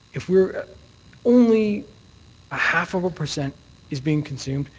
if we were only a half of a percent is being consumed,